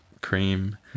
cream